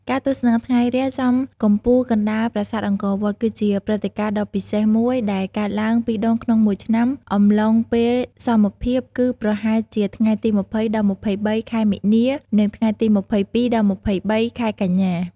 ការទស្សនាថ្ងៃរះចំកំពូលកណ្តាលប្រាសាទអង្គរវត្ត គឺជាព្រឹត្តិការណ៍ដ៏ពិសេសមួយដែលកើតឡើងពីរដងក្នុងមួយឆ្នាំអំឡុងពេលសមភាព គឺប្រហែលជាថ្ងៃទី ២០ ដល់ ២៣ ខែមីនា និងថ្ងៃទី ២២ ដល់ ២៣ ខែកញ្ញា។